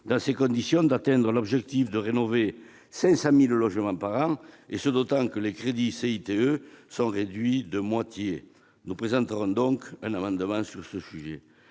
dans ces conditions, d'atteindre l'objectif de rénovation de 500 000 logements par an, d'autant que les crédits CITE sont réduits de moitié. Nous présenterons donc un amendement sur ce sujet.